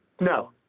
No